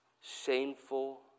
shameful